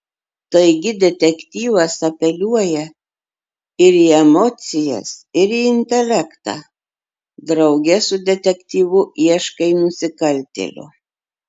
taigi detektyvas apeliuoja ir į emocijas ir į intelektą drauge su detektyvu ieškai nusikaltėlio